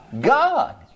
God